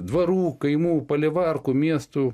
dvarų kaimų palivarkų miestų